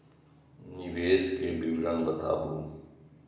निवेश के विवरण बताबू?